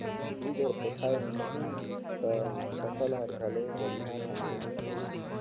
बिज हर पोठाय नही त फसल हर घलो बड़िया ढंग ले नइ होवे